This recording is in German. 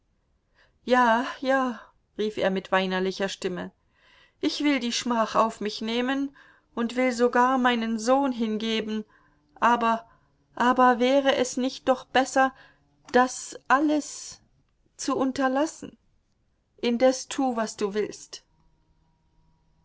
ja ja rief er mit weinerlicher stimme ich will die schmach auf mich nehmen und will sogar meinen sohn hingeben aber aber wäre es nicht doch besser das alles zu unterlassen indes tu was du willst